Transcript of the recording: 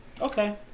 Okay